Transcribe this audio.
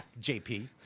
JP